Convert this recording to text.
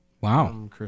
Wow